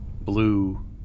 blue